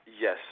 Yes